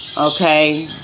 okay